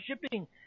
Shipping